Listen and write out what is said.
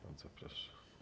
Bardzo proszę.